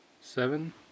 Seven